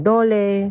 Dole